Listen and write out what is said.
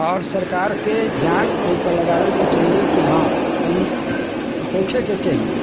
आओर सरकारके ध्यान ओइपर लगाबैके चाहिए कि हाँ ई होखेके चाही